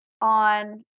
on